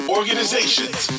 Organizations